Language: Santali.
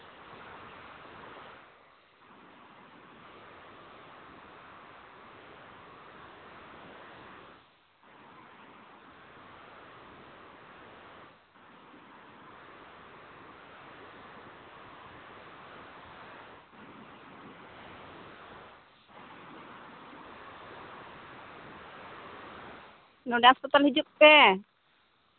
ᱱᱚᱰᱮ ᱦᱟᱥᱯᱟᱛᱟᱞ ᱦᱤᱡᱩᱜ ᱯᱮ